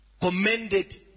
commended